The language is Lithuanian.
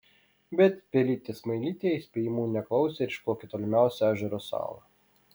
bet pelytė smailytė įspėjimų neklausė ir išplaukė į tolimiausią ežero salą